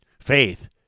faith